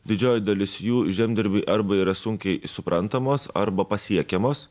didžioji dalis jų žemdirbiui arba yra sunkiai suprantamos arba pasiekiamos